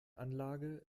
anlage